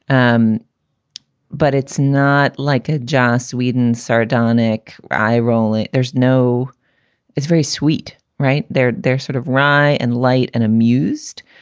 um but it's not like a jazz sweeden sardonic eye-rolling. there's no it's very sweet right there. they're sort of wry and light and amused,